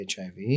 HIV